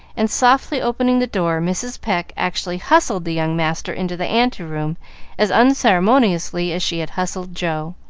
and, softly opening the door, mrs. pecq actually hustled the young master into the ante-room as unceremoniously as she had hustled joe.